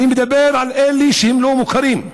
אני מדבר על אלה שהם לא מוכרים.